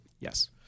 yes